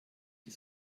die